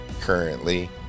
currently